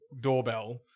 doorbell